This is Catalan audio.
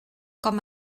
com